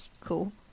cool